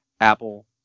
Apple